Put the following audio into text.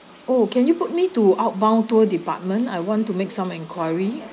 oh can you put me to outbound tour department I want to make some enquiry